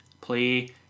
play